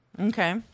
Okay